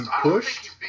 pushed